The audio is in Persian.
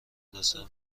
دسر